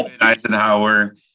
Eisenhower